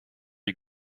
you